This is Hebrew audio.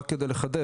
רק כדי לחדד,